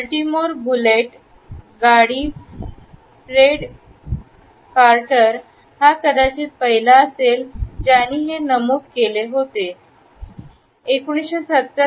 Baltimore bullet गाडी Fred Carter हा कदाचित पहिला असेल हे त्यांनी नमूद केले होते १ 1970